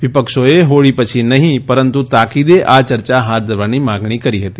વિપક્ષોએ હોળી પછી નહીં પરંતુ તાકીદે આ ચર્ચા હાથ ધરવાની માગણી કરી હતી